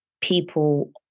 people